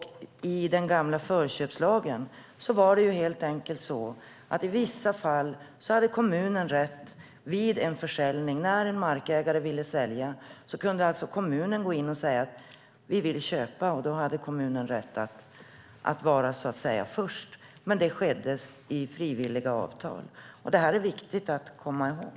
Enligt den gamla förköpslagen var det helt enkelt så att i vissa fall när en markägare ville sälja kunde kommunen gå in och säga att man ville köpa, och då hade kommunen rätt att vara så att säga först. Men detta skedde genom frivilliga avtal. Detta är viktigt att komma ihåg.